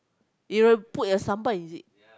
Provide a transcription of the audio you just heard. they will put the Sambal is it